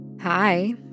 Hi